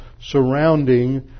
surrounding